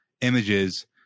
images